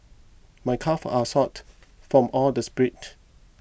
my calves are sort from all the sprint